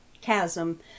chasm